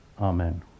Amen